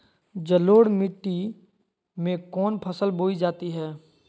जलोढ़ मिट्टी में कौन फसल बोई जाती हैं?